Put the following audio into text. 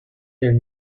nel